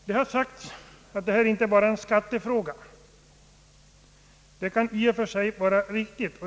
Det har sagts att detta inte bara är en skattefråga, vilket i och för sig är riktigt.